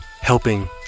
helping